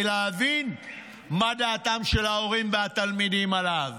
להבין מה דעתם של ההורים והתלמידים עליו.